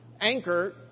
Anchored